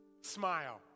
smile